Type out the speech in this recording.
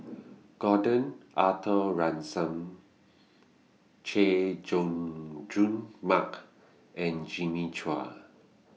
Gordon Arthur Ransome Chay Jung Jun Mark and Jimmy Chua